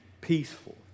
peaceful